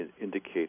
indicate